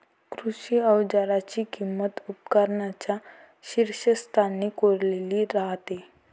कृषी अवजारांची किंमत उपकरणांच्या शीर्षस्थानी कोरलेली राहते